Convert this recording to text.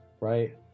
right